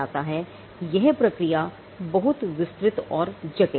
यह प्रक्रिया बहुत विस्तृत और जटिल है